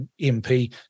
MP